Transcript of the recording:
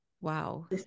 Wow